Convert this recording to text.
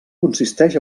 consisteix